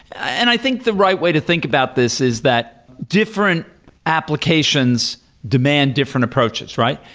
and i think the right way to think about this is that different applications demand different approaches, right?